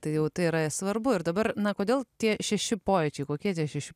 tai jau tai yra svarbu ir dabar na kodėl tie šeši pojūčiai kokie tie šeši